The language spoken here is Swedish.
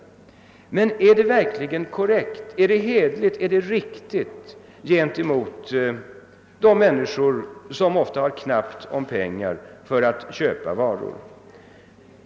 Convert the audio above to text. är detta verkligen korrekt, är det hederligt och riktigt gentemot de människor som ofta har knappt om pengar för att köpa varor?